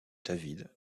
david